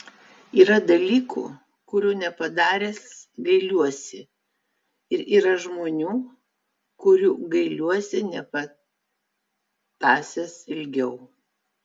yra dalykų kurių nepadaręs gailiuosi ir yra žmonių kurių gailiuosi nepatąsęs ilgiau